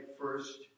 first